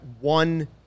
one